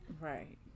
Right